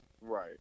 Right